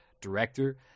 director